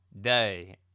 day